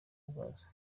bwazo